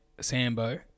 Sambo